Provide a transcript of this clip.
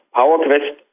PowerQuest